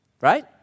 right